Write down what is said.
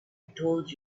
told